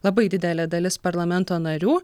labai didelė dalis parlamento narių